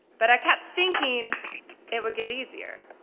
but i kept thinking it would get easier.